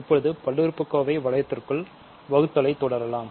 இப்போது பல்லுறுப்புக்கோவை வளையத்திற்குள் வகுத்தலைத் தொடரலாம்